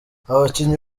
abakinnyi